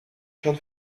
schon